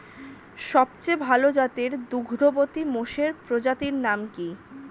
সবচেয়ে ভাল জাতের দুগ্ধবতী মোষের প্রজাতির নাম কি?